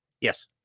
yes